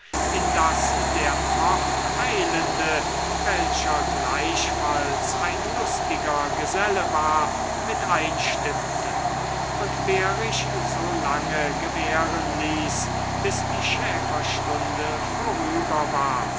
in das der forteilende welcher gleichfalls ein lustiger geselle war mit einstimmte und behrisch so lange gewähren ließ bis die schäferstunde vorüber war